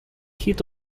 heat